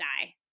die